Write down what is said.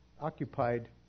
occupied